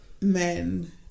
men